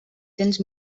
cents